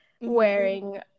wearing